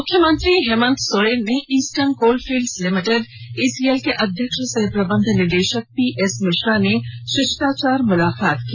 मुख्यमंत्री हेमन्त सोरेन से Eastern Coalfields Limited ECL के अध्यक्ष सह प्रबंध निर्देषक पीएस मिश्रा ने शिष्टाचार मुलाकात की